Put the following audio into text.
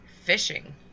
fishing